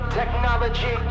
Technology